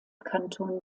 kanton